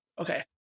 Okay